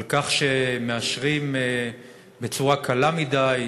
על כך שמאשרים בצורה קלה מדי,